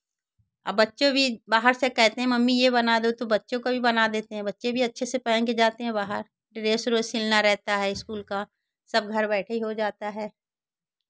अब बच्चे भी बाहर से कहते हैं मम्मी ये बना दो तो बच्चों का भी बना देते हैं बच्चे भी अच्छे से पहन के जाते हैं बाहर ड्रेस ओरेस सिलना रहता है इस्कूल का सब घर बैठे ही हो जाता है